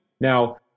Now